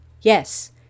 Yes